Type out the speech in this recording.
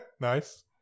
Nice